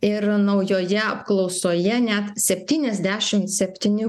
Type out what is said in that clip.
ir naujoje apklausoje net septyniasdešimt septyni